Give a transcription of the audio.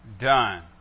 done